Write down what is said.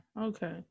Okay